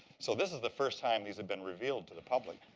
so this is the first time these have been revealed to the public.